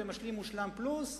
ומשלים-מושלם פלוס,